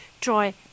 dry